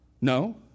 No